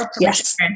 yes